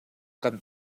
kan